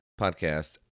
Podcast